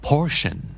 Portion